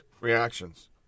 reactions